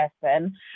person